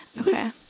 Okay